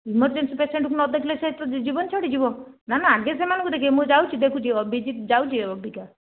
emergency ପେସେଣ୍ଟ୍କୁ ନଦେଖିଲେ ସେ ତ ଜୀବନ ଛାଡ଼ିଯିବ ନା ନା ଆଗେ ସେମାନଙ୍କୁ ଦେଖିବେ ମୁଁ ଯାଉଛି ଦେଖୁଛି ଯାଉଛି ଅବିକା